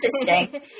interesting